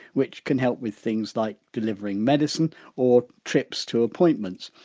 which can help with things like delivering medicine or trips to appointments.